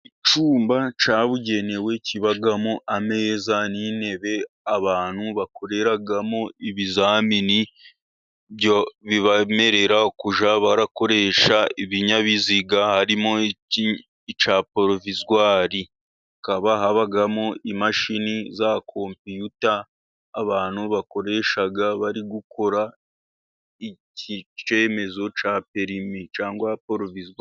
Icyumba cyabugenewe kibamo ameza n'intebe, abantu bakoreramo ibizamini bibemerera kujya barakoresha ibinyabiziga, harimo icya porovizwari. Hakaba habamo imashini za kompiyuta abantu bakoresha bari gukora iki cyemezo cya perimi cyangwa porovizwari.